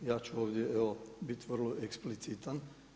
Ja ću ovdje evo bit vrlo eksplicitan.